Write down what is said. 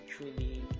truly